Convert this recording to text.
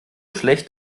schlecht